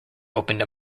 opened